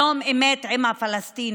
שלום אמת עם הפלסטינים.